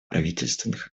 правительственных